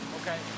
Okay